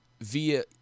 via